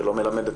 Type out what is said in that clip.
שלא מלמדת,